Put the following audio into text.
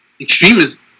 extremism